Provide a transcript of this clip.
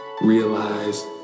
realize